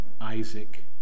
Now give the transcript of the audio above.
Isaac